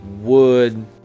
wood